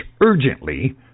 urgently